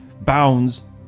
bounds